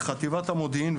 חטיבת המודיעין,